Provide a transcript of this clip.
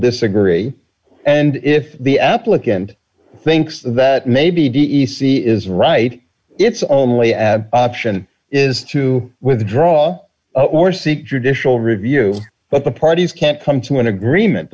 disagree and if the applicant thinks that maybe d e c is right it's only option is to withdraw or seek judicial review but the parties can't come to an agreement